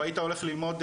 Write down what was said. או היית הולך ללמוד,